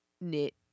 knit